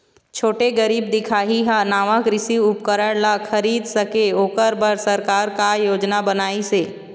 छोटे गरीब दिखाही हा नावा कृषि उपकरण ला खरीद सके ओकर बर सरकार का योजना बनाइसे?